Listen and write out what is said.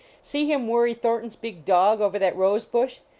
see him worry thornton s big dog over that rose bush.